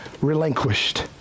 relinquished